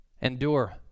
Endure